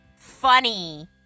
Funny